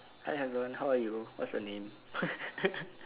hi hazwan how are you what's your name